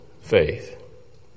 faith